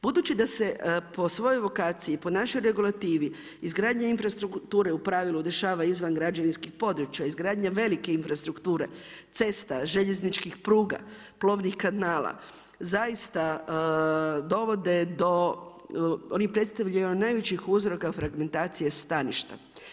Budući da se po svojoj vokaciji, po našoj regulativi, izgradnja infrastrukture u pravilu dešava izvan građevinskih područja, izgradnja velike infrastrukture, cesta, željezničkih pruga, plovnih kanala, zaista dovode do, oni predstavljaju najvećih uzroka fragmentacije staništa.